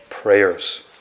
Prayers